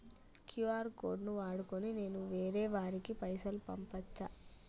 QR code ను వాడుకొని నేను వేరే వారికి పైసలు పంపచ్చా?